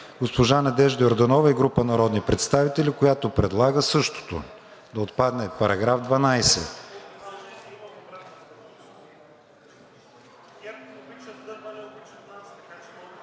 Госпожа Надежда Йорданова и група народни представители, която предлага същото – да отпадне § 12.